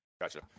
gotcha